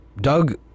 Doug